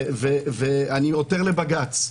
ואני עותר לבג"ץ,